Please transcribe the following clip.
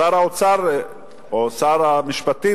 שר האוצר או שר המשפטים,